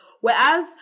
Whereas